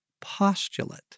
postulate